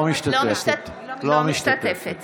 אינה משתתפת